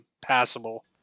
passable